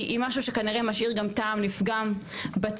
היא משהו שכנראה משאיר גם טעם נפגם בציבור,